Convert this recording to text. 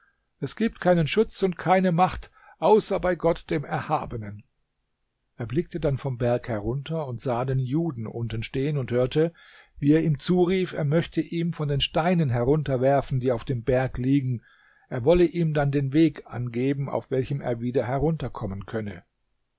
es gibt keinen schutz und keine macht außer bei gott dem erhabenen er blickte dann vom berg herunter und sah den juden unten stehen und hörte wie er ihm zurief er möchte ihm von den steinen herunterwerfen die auf dem berg liegen er wolle ihm dann den weg angeben auf welchem er wieder herunterkommen könne